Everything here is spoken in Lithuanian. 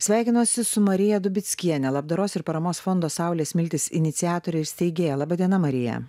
sveikinuosi su marija dubickiene labdaros ir paramos fondo saulės smiltys iniciatore ir steigėja laba diena marija